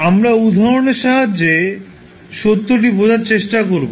আমরা উদাহরণের সাহায্যে সত্যটি বোঝার চেষ্টা করব